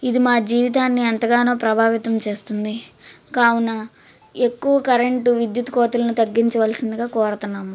ఇది మా జీవితాన్ని ఎంతగానో ప్రభావితం చేస్తుంది కావున ఎక్కువ కరెంట్ విద్యుత్ కోతలను తగ్గించవలసిందిగా కోరతన్నాము